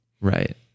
Right